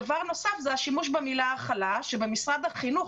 דבר נוסף זה השימוש במילה "הכלה" שבמשרד החינוך,